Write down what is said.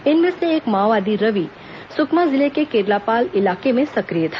इनमें से एक माओवादी रवि सुकमा जिले के केरलापाल इलाके में सक्रिय था